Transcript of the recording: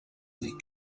des